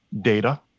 data